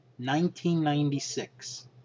1996